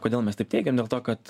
kodėl mes taip teigiam dėl to kad